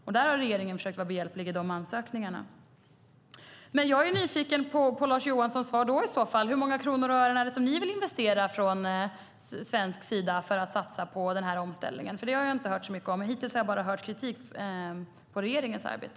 Och regeringen har försökt vara behjälplig i de ansökningarna. Men jag är nyfiken på Lars Johanssons svar: Hur många kronor och ören vill ni investera från svensk sida för att satsa på den här omställningen? Jag har inte hört så mycket om det. Hittills har jag bara hört kritik när det gäller regeringens arbete.